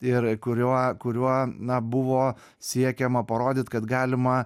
ir kuriuo kuriuo na buvo siekiama parodyt kad galima